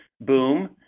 boom